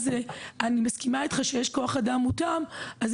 אני מסכימה איתך שכשיש כוח אדם מותאם יש